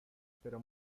pero